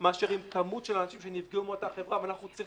אני אומר